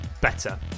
better